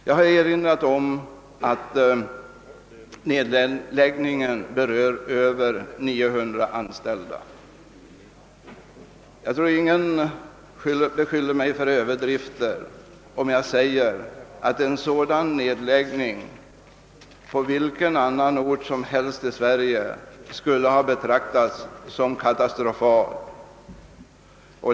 Jag har erinrat om att nedläggningen berör över 900 anställda. Jag tror att ingen beskyller mig för överdrift när jag säger att en sådan nedläggning på vilken annan ort som helst i Sverige skulle ha betraktats som katastrofal.